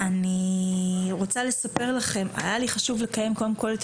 אני רוצה לספר לכם שהיה לי חשוב לקיים קודם כל את